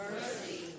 mercy